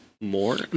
more